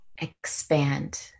expand